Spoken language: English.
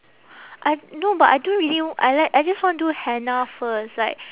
I no but I don't really I like I just want do henna first like